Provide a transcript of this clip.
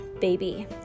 baby